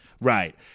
Right